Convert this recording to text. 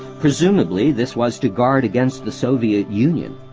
presumably, this was to guard against the soviet union,